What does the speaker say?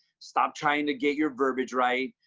stop trying to get your verbiage right.